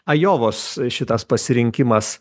ajovos šitas pasirinkimas